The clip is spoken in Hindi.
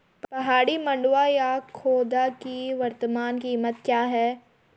पहाड़ी मंडुवा या खोदा की वर्तमान कीमत क्या है?